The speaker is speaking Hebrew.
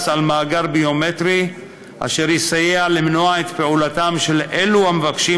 על מאגר ביומטרי אשר יסייע למנוע את פעולתם של אלו המבקשים